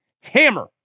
hammer